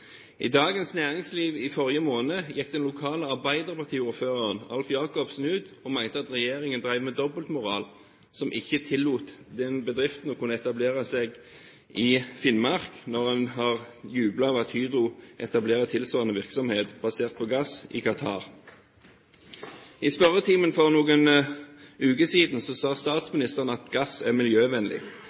I Dagens Næringsliv i forrige måned gikk den lokale arbeiderpartiordføreren, Alf E. Jacobsen, ut og mente at regjeringen drev med dobbeltmoral som ikke tillot den bedriften å etablere seg i Finnmark, når en har jublet over at Hydro etablerer tilsvarende virksomhet basert på gass i Qatar. I spørretimen for noen uker siden sa statsministeren at «gass er miljøvennlig».